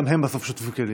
גם הם בסוף שוטפים כלים,